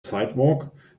sidewalk